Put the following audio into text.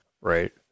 Right